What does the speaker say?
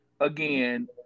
again